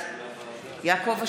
בעד יעקב אשר,